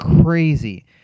crazy